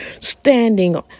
standing